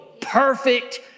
Perfect